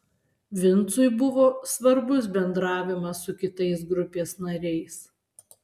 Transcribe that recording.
vincui buvo svarbus bendravimas su kitais grupės nariais